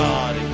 God